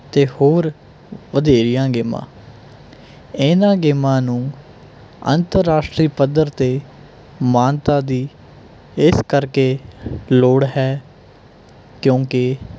ਅਤੇ ਹੋਰ ਵਧੇਰੀਆਂ ਗੇਮਾਂ ਇਹਨਾਂ ਗੇਮਾਂ ਨੂੰ ਅੰਤਰਰਾਸ਼ਟਰੀ ਪੱਧਰ 'ਤੇ ਮਾਨਤਾ ਦੀ ਇਸ ਕਰਕੇ ਲੋੜ ਹੈ ਕਿਉਂਕਿ